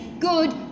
good